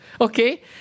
Okay